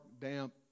damp